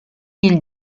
ils